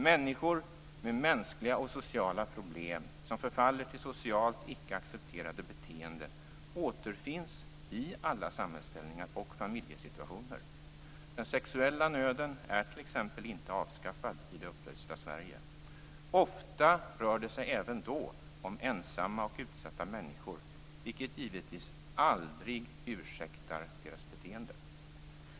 Människor med mänskliga och sociala problem som förfaller till socialt icke accepterade beteenden återfinns i alla samhällsställningar och familjesituationer. Den sexuella nöden är t.ex. inte avskaffad i det upplysta Sverige. Ofta rör det sig även då om ensamma och utsatta människor, vilket givetvis aldrig ursäktar deras beteende.